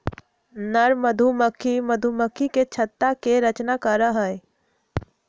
नर मधुमक्खी मधुमक्खी के छत्ता के रचना करा हई